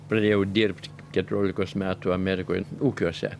pradėjau dirbt keturiolikos metų amerikoj ūkiuose